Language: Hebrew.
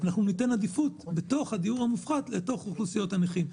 אנחנו ניתן עדיפות בתוך הדיור המופחת לאוכלוסיות הנכים.